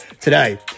today